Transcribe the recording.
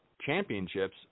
championships